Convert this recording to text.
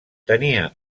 tenia